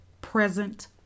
present